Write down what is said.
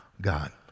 God